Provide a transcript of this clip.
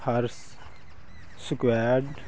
her squad